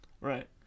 Right